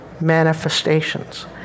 manifestations